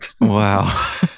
Wow